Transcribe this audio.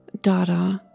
Dada